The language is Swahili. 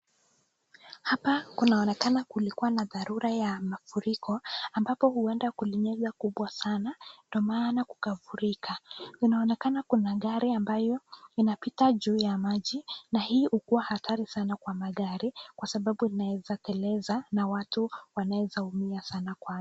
Hapa kunaonekana kulikuwa na dharura ya mafuriko ambapo huenda kulinyesha mvua kubwa sana ndio maana kukafurika. Inaonekana kuna gari ambayo inapita juu ya maji na hii hukuwa hatari sana kwa magari kwa sababu inaweza teleza na watu wanaweza umia sana kwa,,,,